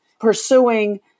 pursuing